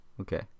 okay